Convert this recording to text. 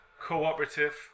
cooperative